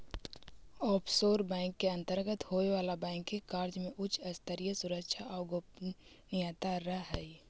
offshore bank के अंतर्गत होवे वाला बैंकिंग कार्य में उच्च स्तरीय सुरक्षा आउ गोपनीयता रहऽ हइ